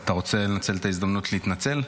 אתה רוצה לנצל את ההזדמנות להתנצל?